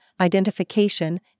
identification